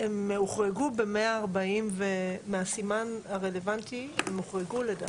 הם הוחרגו מהסימן הרלוונטי לדעתי.